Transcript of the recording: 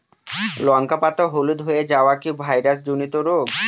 লঙ্কা পাতা হলুদ হয়ে যাওয়া কি ভাইরাস জনিত রোগ?